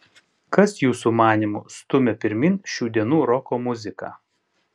kas jūsų manymu stumia pirmyn šių dienų roko muziką